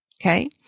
Okay